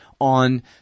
on